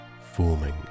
forming